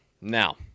Now